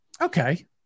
Okay